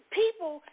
people